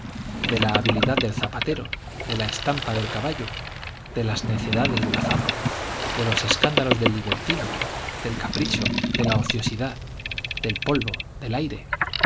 de la habilidad del zapatero de la estampa del caballo de las necedades de la fama de los escándalos del libertino del capricho de la ociosidad del polvo del aire